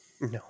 No